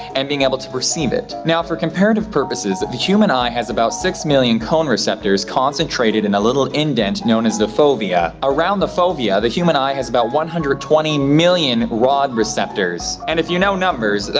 and being able to perceive it. now, for comparative purposes, the human eye has about six million cone receptors, concentrated in a little indent known as the fovea. around the fovea the human eye has about one hundred and twenty million rod receptors. and if you know numbers,